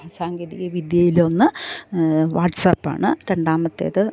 സാങ്കേതിക വിദ്യയിലൊന്ന് വാട്സപ്പാണ് രണ്ടാമത്തേത്